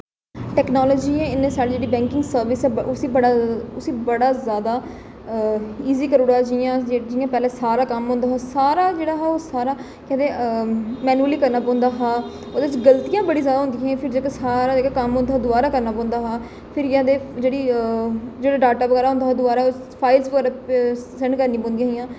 technology ने इ'न्ने साढ़ी जेह्ड़ी बैंकिंग सर्विस ऐ उसी बड़ा उसी बड़ा जादा इजी करी ओड़े दा जि'यां जि'यां पैह्लें सारा कम्म होंदा हा सारा जेह्ड़ा हा ओह् सारा केह् आखदे मैनुअली करना पौंदा हा ओह्दे च गलतियां बड़ी जादा होंदियां हियां फिर जेह्का सारा जेह्ड़ा कम्म होंदा हा दोबारा करना पौंदा हा फिर केह् आखदे जेह्ड़ी जेह्ड़ा डाटा बगैरा होंदा हा ओह् द्वारा फाइल्स बगैरा सेंड करनी पौंदी हियां